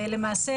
למעשה,